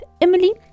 Emily